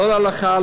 לא להלכה,